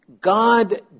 God